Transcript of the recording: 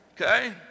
Okay